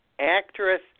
Actress